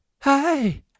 Hi